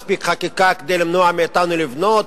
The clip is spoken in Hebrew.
מספיק חקיקה כדי למנוע מאתנו לבנות,